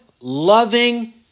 loving